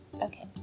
Okay